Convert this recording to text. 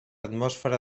atmosfera